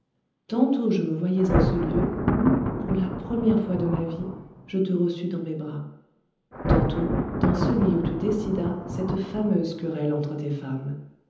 tantôt je me voyois en ce lieu où pour la première fois de ma vie je te reçus dans mes bras tantôt dans celui où tu décidas cette fameuse querelle entre tes femmes